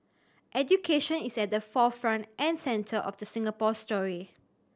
education is at the forefront and centre of the Singapore story